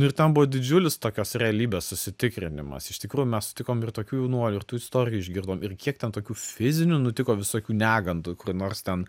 nu ir ten buvo didžiulis tokios realybės užsitikrinimas iš tikrųjų mes sutikom ir tokių jaunuolių ir tų istorijų išgirdom ir kiek ten tokių fizinių nutiko visokių negandų kur nors ten